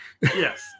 Yes